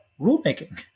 rulemaking